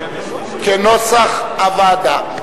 כנוסח הוועדה.